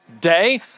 day